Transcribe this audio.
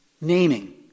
naming